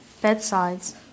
bedsides